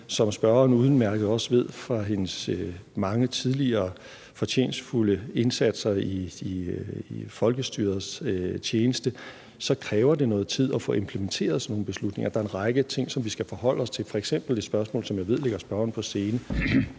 udmærket ved fra hendes mange tidligere fortjenstfulde indsatser i folkestyrets tjeneste, kræver det noget tid at få implementeret sådan nogle beslutninger. Der er en række ting, som vi skal forholde os til, f.eks. et spørgsmål, som jeg ved ligger spørgeren på sinde,